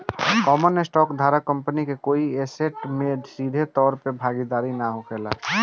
common stock धारक company के कोई ऐसेट में सीधे तौर पर भागीदार ना होखेला